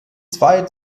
zwei